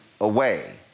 away